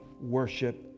worship